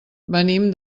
venim